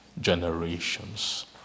generations